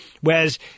Whereas